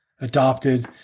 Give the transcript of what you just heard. adopted